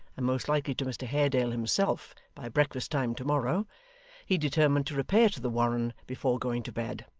and most likely to mr haredale himself, by breakfast-time to-morrow he determined to repair to the warren before going to bed.